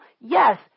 yes